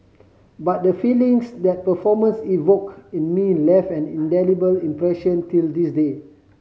but the feelings that performance evoked in me left an indelible impression till this day